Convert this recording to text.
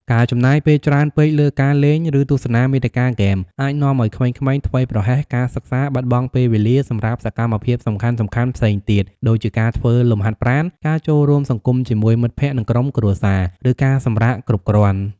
ការចំណាយពេលច្រើនពេកលើការលេង ឬទស្សនាមាតិកាហ្គេម អាចនាំឱ្យក្មេងៗធ្វេសប្រហែសការសិក្សា បាត់បង់ពេលវេលាសម្រាប់សកម្មភាពសំខាន់ៗផ្សេងទៀត ដូចជាការធ្វើលំហាត់ប្រាណ ការចូលរួមសង្គមជាមួយមិត្តភក្តិ និងក្រុមគ្រួសារ ឬការសម្រាកគ្រប់គ្រាន់។